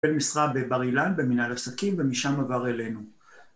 במשרה בבר אילן במנהל עסקים ומשם עבר אלינו